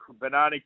Banana